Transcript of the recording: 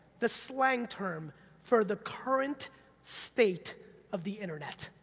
the slang term for the current state of the internet.